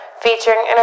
featuring